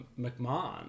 McMahon